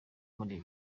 muli